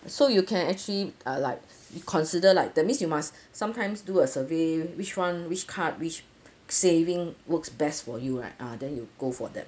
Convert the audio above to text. so you can actually ah like consider like that means you must sometimes do a survey which one which card which saving works best for you right ah then you go for that